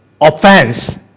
offense